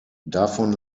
davon